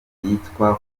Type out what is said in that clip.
byitwa